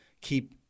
keep